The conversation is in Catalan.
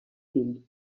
fill